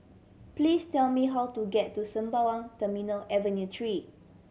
please tell me how to get to Sembawang Terminal Avenue Three